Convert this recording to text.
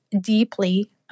deeply